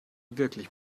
wirklich